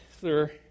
sir